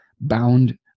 bound